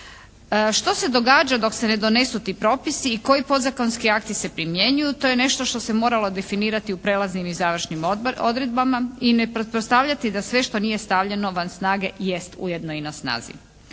Što se događa dok se ne donesu ti propisi i koji podzakonski akti se primjenjuju to je nešto što se je moralo definirati u Prijelaznim i završnim odredbama i ne pretpostavljati da sve što nije stavljeno van snage jest ujedno i na snazi.